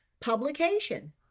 publication